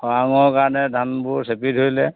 খৰাংৰ কাৰণে ধানবোৰ চেপি ধৰিলে